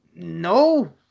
No